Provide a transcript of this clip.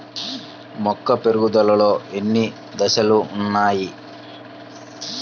మొక్క పెరుగుదలలో ఎన్ని దశలు వున్నాయి?